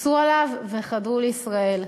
טיפסו עליו וחדרו לישראל.